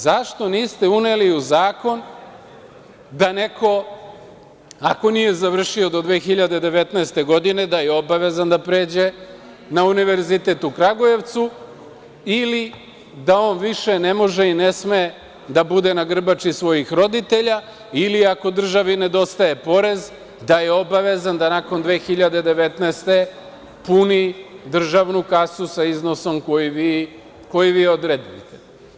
Zašto niste uneli u zakon da neko, ako nije završio do 2019. godine, da je obavezan da pređe na Univerzitet u Kragujevcu, ili da on više ne može i ne sme da bude na grbači svojih roditelja, ili ako državi nedostaje porez, da je obavezan da nakon 2019. godine puni državnu kasu sa iznosom koji vi odredite?